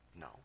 No